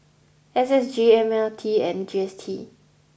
S S G M R T and G S T